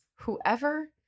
Whoever